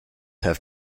have